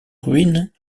ruines